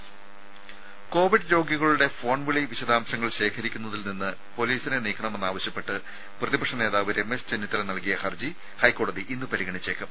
രുമ കോവിഡ് രോഗികളുടെ ഫോൺവിളി വിശദാംശങ്ങൾ ശേഖരിക്കുന്നതിൽ നിന്നും പൊലീസിനെ നീക്കണമെന്നാവശ്യപ്പെട്ട് പ്രതിപക്ഷ നേതാവ് രമേശ് ചെന്നിത്തല നൽകിയ ഹർജി ഹൈക്കോടതി ഇന്ന് പരിഗണിച്ചേക്കും